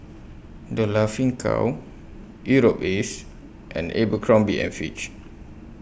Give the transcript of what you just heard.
The Laughing Cow Europace and Abercrombie and Fitch